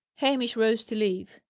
hamish rose to leave.